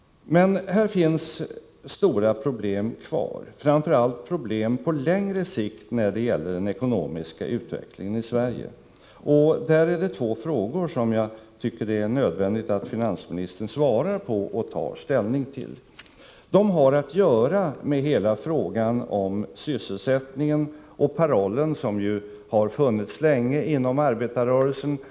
Det finns stora problem kvar, framför allt på längre sikt, när det gäller den ekonomiska utvecklingen i Sverige. Jag vill här ställa två frågor som det är nödvändigt att finansministern tar ställning till och svarar på. De har att göra med sysselsättningen och med parollen att alla skall ha rätt till ett arbete — en paroll som ju har funnits länge inom arbetarrörelsen.